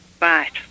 Right